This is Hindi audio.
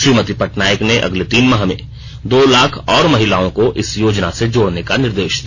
श्रीमती पटनायक ने अगले तीन माह में दो लाख और महिलाओं को इस योजना से जोड़ने का निर्देश दिया